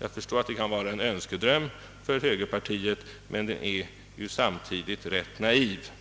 Jag förstår att det kan vara en önskedröm för högerpartiet, men det är samtidigt rätt naivt.